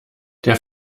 der